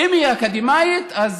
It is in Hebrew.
אם היא אקדמאית אז